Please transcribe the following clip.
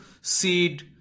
seed